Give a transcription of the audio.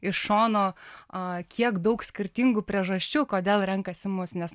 iš šono a kiek daug skirtingų priežasčių kodėl renkasi mus nes